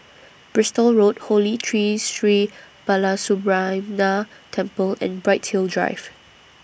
Bristol Road Holy Tree Sri Balasubramaniar Temple and Bright Hill Drive